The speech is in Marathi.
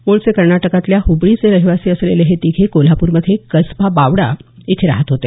मूळचे कर्नाटकातल्या हुबळीचे रहिवासी असलेले हे तिघे कोल्हापूरमध्ये कसबा बावडा इथं राहत होते